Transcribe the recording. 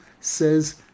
says